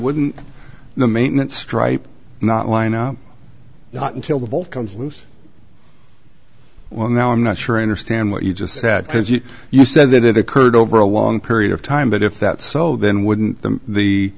wouldn't the maintenance stripe not line up not until the ball comes loose well now i'm not sure i understand what you just said because you you said that it occurred over a long period of time but if that so then wouldn't the